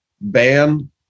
ban